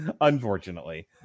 unfortunately